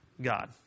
God